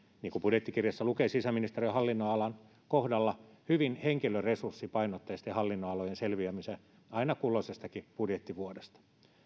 niin kuin budjettikirjassa lukee sisäministeriön hallinnonalan kohdalla hyvin henkilöresurssipainotteisten hallinnonalojen selviämisen aina kulloisestakin budjettivuodesta